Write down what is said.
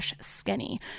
skinny